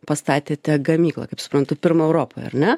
pastatėte gamyklą kaip suprantu pirmą europoj ar ne